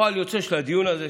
פועל יוצא של הדיון הזה,